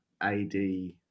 AD